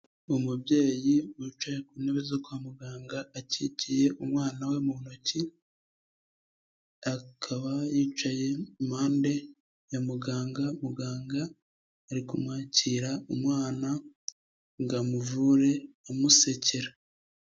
Umubyeyi wicaye ku ntebe zo kwa muganga akikiye umwana we mu ntoki, akaba yicaye impande ya muganga, muganga ari kumwakira umwana ngo amuvure amusekera.